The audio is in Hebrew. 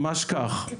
ממש כך.